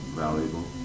valuable